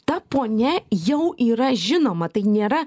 ta ponia jau yra žinoma tai nėra